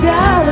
God